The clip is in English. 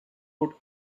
would